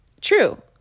true